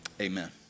Amen